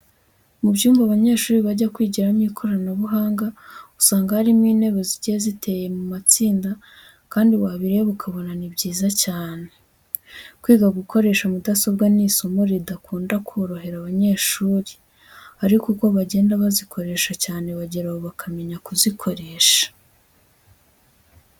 Mu byumba abanyeshuri bajya kwigiramo ikoranabuhanga usanga harimo intebe zigiye ziteye mu matsinda kandi wabireba ukabona ni byiza cyane. Kwiga gukoresha mudasobwa ni isomo ridakunda korohera abanyeshuri ariko uko bagenda bazikoresha cyane bageraho bakamenya kuzikoresha.